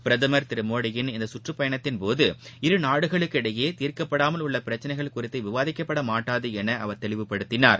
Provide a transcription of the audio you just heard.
பிரதமர் திரு மோடியின் இந்த சுற்றுப்பயணத்தின்போது இரு நாடுகளிடையே தீர்க்கப்படாமல் உள்ள பிரச்சனைகள் குறித்து விவாதிகப்பட மாட்டாது என அவர் தெளிவுப்படுத்தினார்